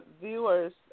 viewers